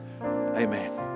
Amen